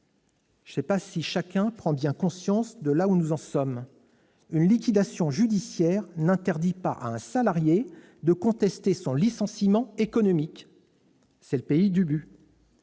Je ne sais pas si chacun a bien conscience du point où nous en sommes : une liquidation judiciaire n'interdit pas à un salarié de contester son licenciement économique. C'est le pays d'Ubu